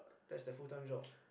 thats their full time job